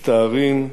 מצטערים,